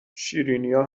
شیرینیا